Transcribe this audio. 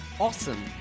Awesome